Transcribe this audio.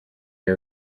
iya